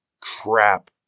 crap